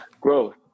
growth